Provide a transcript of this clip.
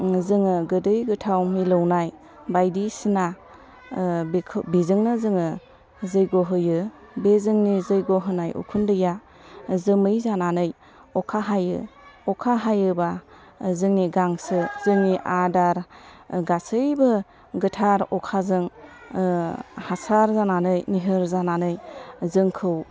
जोङो गोदै गोथाव मिलौनाय बायदिसिना बिखो बिजोंनो जोङो जैग' होयो बे जोंनि जैग' होनाय उखुन्दैया जोमै जानानै अखा हायो अखा हायोबा जोंनि गांसो जोंनि आदार गासैबो गोथार अखाजों हासार जानानै निहोर जानानै जोंखौ